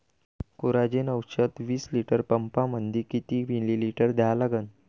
Coragen औषध विस litre पंपामंदी किती मिलीमिटर घ्या लागन?